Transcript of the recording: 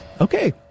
Okay